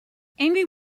angry